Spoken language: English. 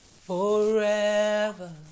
forever